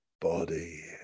body